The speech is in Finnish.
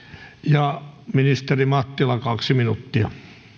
ministeri mattila kaksi minuuttia